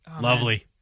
Lovely